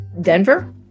Denver